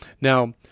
Now